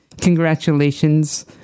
Congratulations